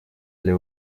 для